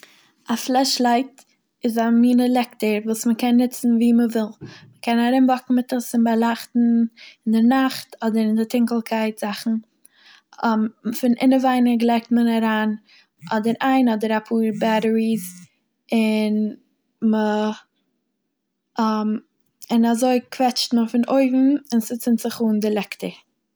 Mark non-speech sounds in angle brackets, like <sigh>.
א פלעשלייט איז א מינע לעקטער וואס מ'קען נוצן ווי מ'וויל, מ'קען ארומוואקן מיט עס און באלייכטן אין די נאכט אדער אין די טונקלקייט זאכן, <hesitation> פון אינעווייניג לייגט מען אריין אדער איין אדער אפאר בעטעריס <noise> און מ'- <hesitation> און אזוי קוועטשט מען פון אויבן און ס'צינד זיך אן די לעקטער.